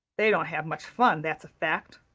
they don't have much fun, that's a fact,